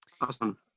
Awesome